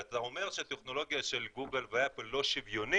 אבל אתה אומר שאפליקציה של גוגל ואפל לא שוויונית,